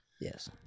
Yes